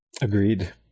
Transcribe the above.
agreed